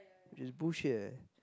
which is bullshit leh